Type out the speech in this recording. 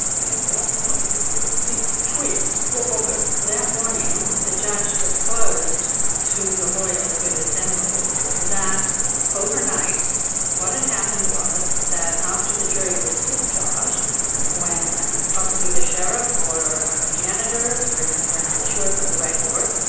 and at that point there was a big twist. what was it? that morning the judge disclosed to the lawyers who had assembled that overnight what had happened was that after the jury was discharged when possibly the sheriff or or the janitors, we're and we're not sure from the record,